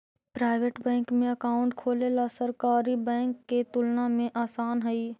private bank में account खोलेला सरकारी बैंक के तुलना में आसान हइ